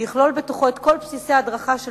שיכלול בתוכו את כל בסיסי ההדרכה של